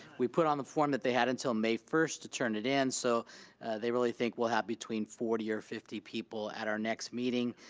we put on the form that they had until may first to turn it in so they really think we'll have between forty or fifty people at our next meeting.